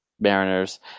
Mariners